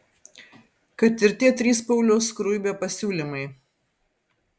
kad ir tie trys pauliaus skruibio pasiūlymai